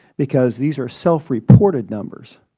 because these are self-reported numbers